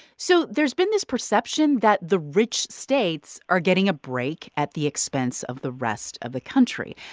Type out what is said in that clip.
so there's been this perception that the rich states are getting a break at the expense of the rest of the country.